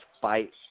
fight